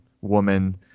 woman